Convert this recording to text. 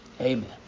Amen